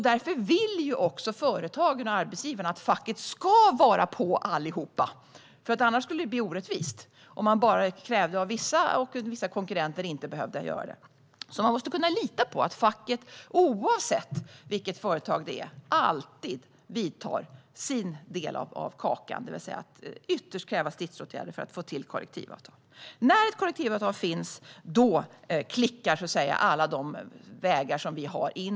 Därför vill också företagen och arbetsgivarna att facket ska vara på alla. Annars skulle det bli orättvist, om man krävde detta bara av vissa och att vissa konkurrenter inte behövde göra det. Man måste alltså kunna lita på att facket, oavsett vilket företag det är fråga om, alltid vidtar åtgärder när det gäller deras del av kakan, det vill säga att ytterst kräva stridsåtgärder för att få till kollektivavtal. När ett kollektivavtal finns klickar så att säga alla de vägar som vi har in.